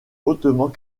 hautement